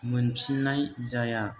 मोनफिननाय जाया